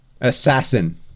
Assassin